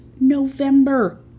November